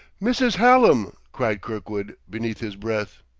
mrs. hallam! cried kirkwood, beneath his breath.